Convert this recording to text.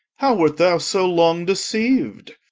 how wert thou so long deceived?